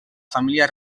família